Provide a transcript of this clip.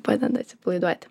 padeda atsipalaiduoti